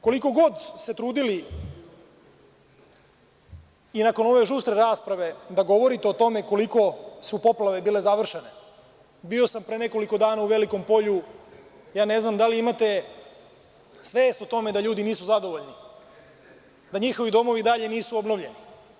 Koliko god se trudili i nakon ove žustre rasprave da govorite o tome koliko su poplave bile završene, bio sam pre nekoliko dana u Velikom Polju, ja ne znam da li imate svest o tome da ljudi nisu zadovoljni, da njihovi domovi i dalje nisu obnovljeni.